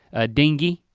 a dinghy.